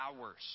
hours